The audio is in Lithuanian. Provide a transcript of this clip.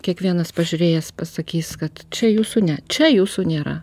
kiekvienas pažiūrėjęs pasakys kad čia jūsų ne čia jūsų nėra